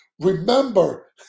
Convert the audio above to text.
Remember